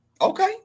Okay